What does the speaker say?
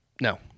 No